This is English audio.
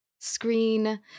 screen